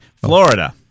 Florida